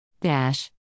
Dash